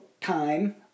time